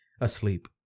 asleep